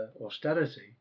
austerity